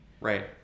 right